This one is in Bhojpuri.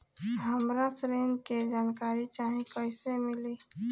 हमरा ऋण के जानकारी चाही कइसे मिली?